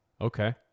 Okay